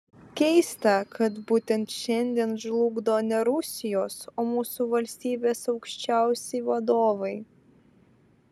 keista kad būtent šiandien žlugdo ne rusijos o mūsų valstybės aukščiausi vadovai